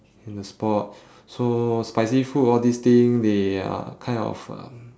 in the sport so spicy food all these thing they are kind of uh